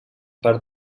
part